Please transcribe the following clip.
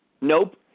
Nope